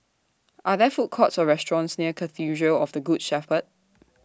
Are There Food Courts Or restaurants near Cathedral of The Good Shepherd